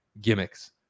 gimmicks